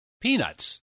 Peanuts